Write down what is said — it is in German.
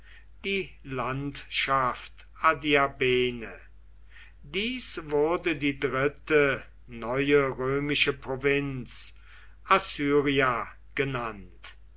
die landschaft adiabene dies wurde die dritte neue römische provinz assyria genannt